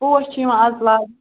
پوش چھِ یِوان از لاگنہٕ